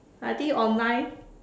I think online